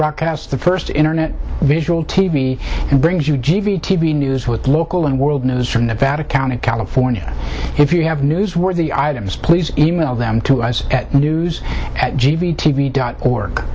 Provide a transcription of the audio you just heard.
broadcast the first internet visual t v and brings you g v t v news with local and world news from nevada county california if you have newsworthy items please e mail them to us at news at g b t v dot org